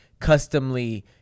customly